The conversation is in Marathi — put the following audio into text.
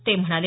ते म्हणाले